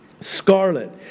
Scarlet